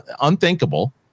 unthinkable